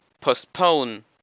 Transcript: postpone